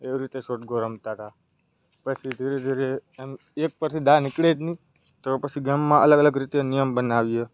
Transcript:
એવી રીતે શોર્ટ ગો રમતા હતા પછી ધીરે ધીરે એમ એક પછી દા નીકળે જ નહીં તો પછી ગેમમાં અલગ અલગ રીતે નિયમ બનાવીએ